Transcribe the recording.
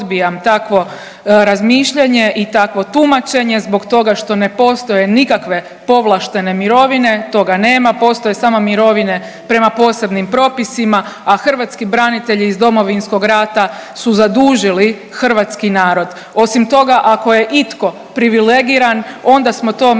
hrvatski branitelji iz Domovinskog rata su zadužili hrvatski narod. Osim toga, ako je itko privilegiran onda smo to mi